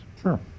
Sure